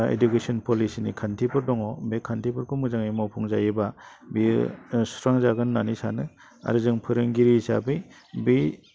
education पलिसिनि खान्थिफोर दङ बे खान्थिफोरखौ मोजाङै मावफुंजायोब्ला बेयो सुस्रांजागोन होन्नानै सानो आरो जों फोरोंगिरि हिसाबै बे